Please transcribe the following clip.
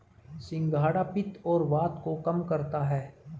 सिंघाड़ा पित्त और वात को कम करता है